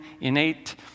innate